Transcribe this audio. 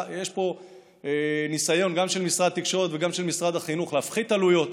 יש פה ניסיון גם של משרד התקשורת וגם של משרד החינוך להפחית עלויות.